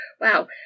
Wow